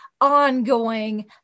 ongoing